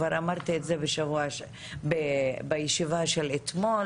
כבר אמרתי את זה בישיבה של אתמול.